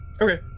Okay